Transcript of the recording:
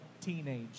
teenage